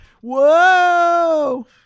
Whoa